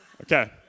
Okay